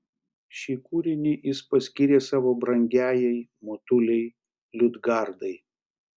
šį kūrinį jis paskyrė savo brangiajai motulei liudgardai